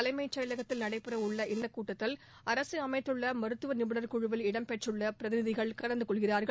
தலைமைச் செயலகத்தில் நடைபெற உள்ள இந்த கூட்டத்தில் அரசு அமைத்துள்ள மருத்துவ நிபுணர் குழுவில் இடம் பெற்றுள்ள பிரதிநிதிகள் கலந்து கொள்கிறார்கள்